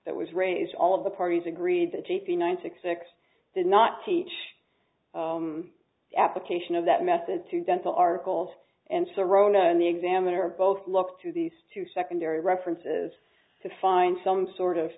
that was raised all of the parties agreed to take the nine six six did not teach application of that method to dental articles and so rona the examiner both look to these two secondary references to find some sort of